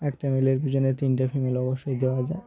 একটা মেলের পিছনে তিনটে ফিমেল অবশ্যই দেওয়া যায়